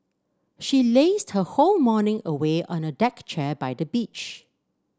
she lazed her whole morning away on a deck chair by the beach